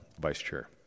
vice-chair